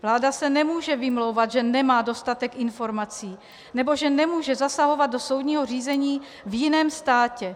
Vláda se nemůže vymlouvat, že nemá dostatek informací nebo že nemůže zasahovat do soudního řízení v jiném státě.